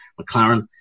McLaren